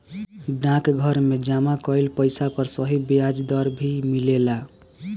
डाकघर में जमा कइल पइसा पर सही ब्याज दर भी मिलेला